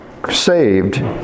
Saved